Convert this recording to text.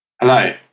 Hello